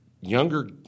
younger